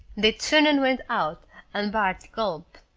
they turned and went out and bart gulped.